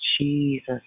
Jesus